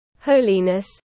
holiness